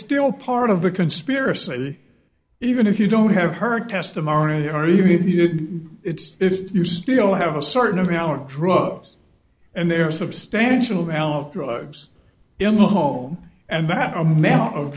still part of the conspiracy even if you don't have her testimony or even if you are it's if you still have a certain amount of drugs and there are substantial value of drugs in the home and that amount of